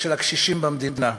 של הקשישים במדינה.